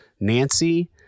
Nancy